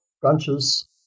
branches